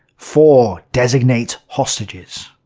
four. designate hostages,